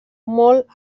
molt